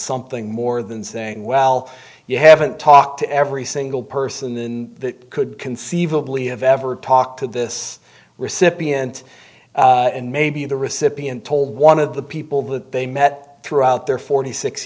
something more than saying well you haven't talked to every single person in that could conceivably have ever talked to this recipient and maybe the recipient told one of the people that they met through out there forty six